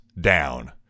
down